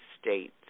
states